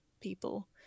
people